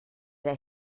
der